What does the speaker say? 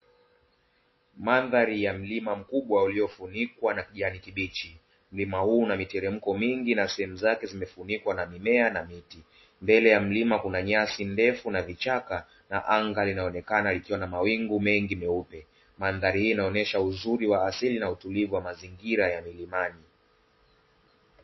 Mandhari ya mlima mkubwa uliofunikwa na kijani kibichi, mlima huu na miteremko mingi na sehemu zake zimefunikwa na mimea na miti, mbele ya mlima kuna nyasi ndefu na vichaka, na anga linaonekana likiwa na mawingu mengi meupe. Mandhari hii inaonyesha uzuri wa asili na utulivu wa mazingira ya milimani.